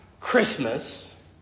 Christmas